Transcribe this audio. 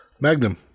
Magnum